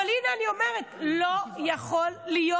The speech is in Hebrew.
אבל הינה אני אומרת: לא יכול להיות